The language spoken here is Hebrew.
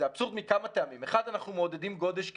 מכמה טעמים: אחד, אנחנו מעודדים גודש כמדינה,